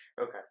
Okay